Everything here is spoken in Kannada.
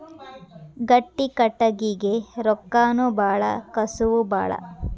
ಗಟ್ಟಿ ಕಟಗಿಗೆ ರೊಕ್ಕಾನು ಬಾಳ ಕಸುವು ಬಾಳ